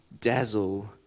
dazzle